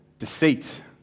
Deceit